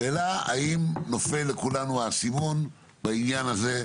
השאלה האם נופל לכולנו האסימון בעניין הזה?